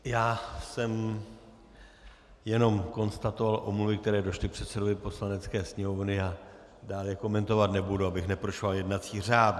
Já jsem jenom konstatoval omluvy, které došly předsedovi Poslanecké sněmovny, a dál je komentovat nebudu, abych neporušoval jednací řád.